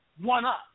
one-up